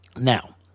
Now